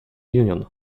union